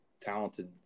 talented